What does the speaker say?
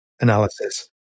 analysis